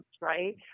Right